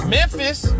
Memphis